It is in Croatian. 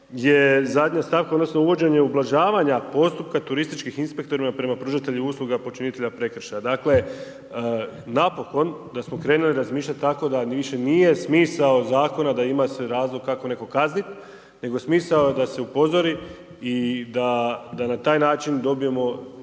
je zadnja stavka odnosno uvođenje ublažavanja postupka turističkih inspektora prema pružateljima usluga počinitelja prekršaja. Dakle, napokon da smo krenuli razmišljati tako da više nije smisao zakona da ima se razlog kako nekoga kazniti, nego smisao je da se upozori i da na taj način dobijemo